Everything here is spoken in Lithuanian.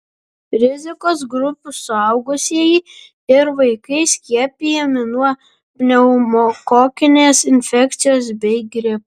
rizikos grupių suaugusieji ir vaikai skiepijami nuo pneumokokinės infekcijos bei gripo